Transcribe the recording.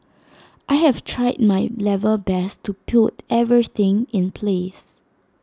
I have tried my level best to put everything in place